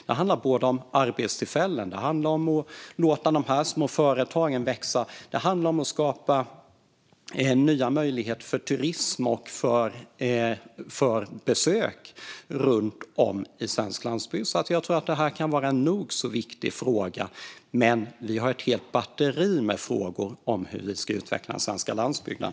Det handlar om arbetstillfällen, det handlar om att låta de små företagen växa och det handlar om att skapa nya möjligheter för turism och besök runt om på svensk landsbygd. Jag tror att detta kan vara en nog så viktig fråga, men vi har ett helt batteri med frågor när det gäller hur vi ska utveckla den svenska landsbygden.